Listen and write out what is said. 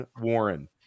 warren